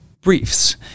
briefs